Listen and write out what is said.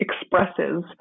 expresses